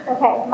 Okay